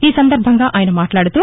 ఈసందర్భంగా ఆయన మాట్లాడుతూ